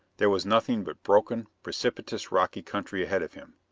there was nothing but broken, precipitous rocky country ahead of him,